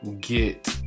get